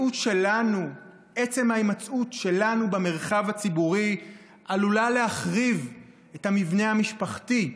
שעצם ההימצאות שלנו במרחב הציבורי עלולה להחריב את המבנה המשפחתי,